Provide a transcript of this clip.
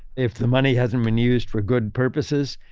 if the money hasn't been used for good purposes.